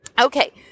Okay